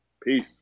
peace